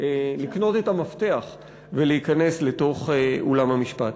לקנות את המפתח ולהיכנס לתוך אולם המשפט.